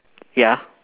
ya